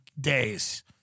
days